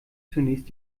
zunächst